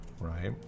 right